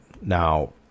Now